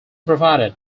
provided